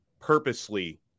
purposely –